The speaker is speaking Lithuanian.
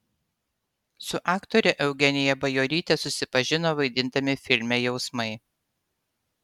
su aktore eugenija bajoryte susipažino vaidindami filme jausmai